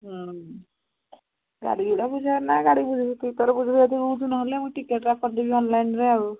ହ ଗାଡ଼ି ଘୋଡ଼ା ଗାଡ଼ି ବୁଝ ତୁ ତୋର ବୁଝବୁ ଯଦି ବୁଝ ନହେଲେ ମୁଁ ଟିକେଟଟା କରିଦେବି ଅନଲାଇନରେ ଆଉ